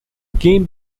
game